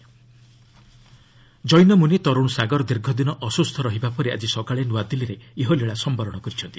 join leader passes away Jain ମୁନି ତରୁଣ ସାଗର ଦୀର୍ଘଦିନ ଅସୁସ୍ଥ ରହିବା ପରେ ଆଜି ସକାଳେ ନୂଆଦିଲ୍ଲୀରେ ଇହଲୀଳା ସମ୍ଭରଣ କରିଛନ୍ତି